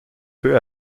peu